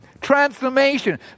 Transformation